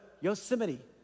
Yosemite